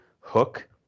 hook